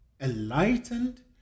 enlightened